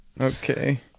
Okay